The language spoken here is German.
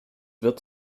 wird